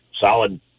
solid